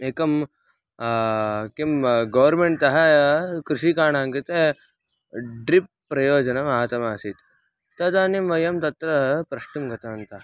एकं किं गौर्मेण्ट्तः कृषकाणां कृते ड्रिप् प्रयोजनम् आगतमासीत् तदानीं वयं तत्र प्रष्टुं गतवन्तः